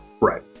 Right